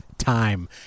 time